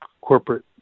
corporate